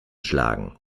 schlagen